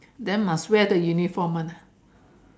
then must wear the uniform [one] ah